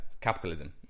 Capitalism